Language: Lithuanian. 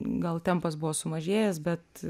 gal tempas buvo sumažėjęs bet